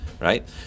right